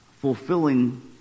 fulfilling